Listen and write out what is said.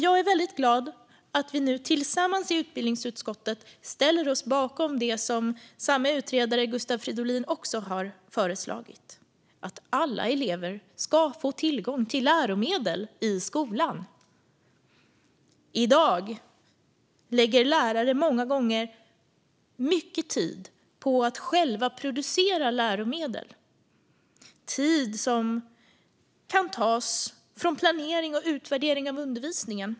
Jag är väldigt glad att vi nu tillsammans i utbildningsutskottet ställer oss bakom det som samma utredare, Gustav Fridolin, också har föreslagit, att alla elever ska få tillgång till läromedel i skolan. I dag lägger lärare många gånger mycket tid på att själva producera läromedel. Det är tid som kan tas från planering och utvärdering av undervisningen.